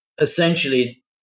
essentially